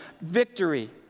victory